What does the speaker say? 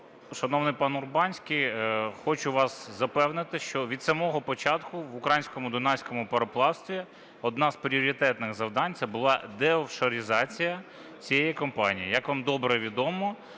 Шановний пан Урбанський, хочу вас запевнити, що від самого початку в Українському Дунайському пароплавстві одне з пріоритетних завдань – це було деофшоризація цієї компанії. Як вам добре відомо,